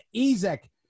Ezek